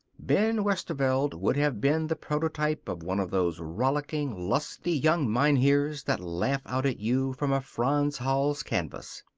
ben westerveld would have been the prototype of one of those rollicking, lusty young mynheers that laugh out at you from a frans hals canvas.